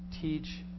teach